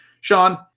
Sean